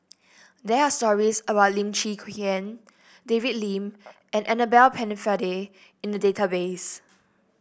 there are stories about Lim Chwee David Lim and Annabel Pennefather in the database